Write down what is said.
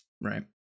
Right